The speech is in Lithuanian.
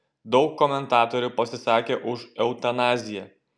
daug komentatorių pasisakė už eutanaziją